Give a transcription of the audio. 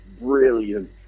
brilliant